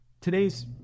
today's